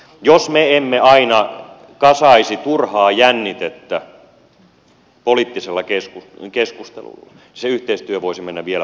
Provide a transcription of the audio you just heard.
jos me emme aina kasaisi turhaa jännitettä poliittisella keskustelulla niin se yhteistyö voisi mennä vielä paremmin eteenpäin